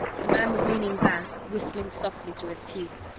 the man was leaning back, whistling softly through his teeth.